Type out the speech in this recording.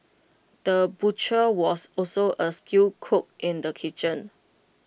the butcher was also A skilled cook in the kitchen